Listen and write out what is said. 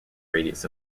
radius